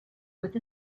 with